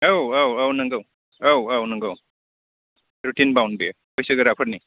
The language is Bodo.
औ औ औ नंगौ औ औ नंगौ रुटिन बाउण्ड बेयो बैसोगोराफोरनि